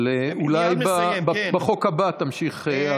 אבל אולי בחוק הבא תמשיך.